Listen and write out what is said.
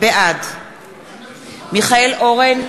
בעד מיכאל אורן,